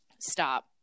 Stop